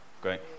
great